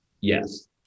Yes